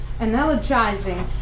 analogizing